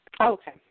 Okay